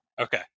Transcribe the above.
Okay